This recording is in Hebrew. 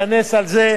שהוא היה בצבא.